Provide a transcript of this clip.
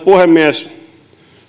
puhemies